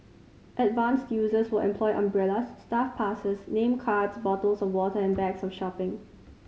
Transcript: advanced users will employ umbrellas staff passes name cards bottles of water and bags of shopping